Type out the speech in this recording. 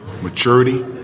maturity